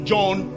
John